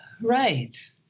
Right